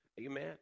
Amen